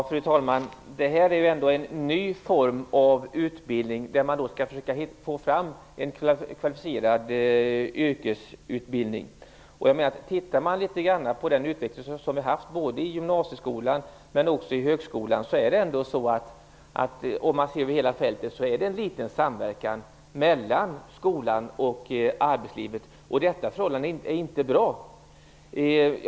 Fru talman! Detta är ändå en ny form av utbildning där man skall försöka få fram en kvalificerad yrkesutbildning. Tittar vi litet grand på den utveckling som vi har haft både i gymnasieskolan och i högskolan och ser över hela fältet ser vi att det är en liten samverkan mellan skolan och arbetslivet. Det förhållandet är inte bra.